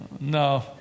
No